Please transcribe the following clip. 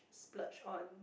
splurge on